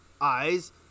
eyes